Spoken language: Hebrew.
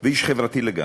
ואיש חברתי לגמרי.